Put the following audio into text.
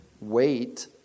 wait